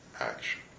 action